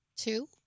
Two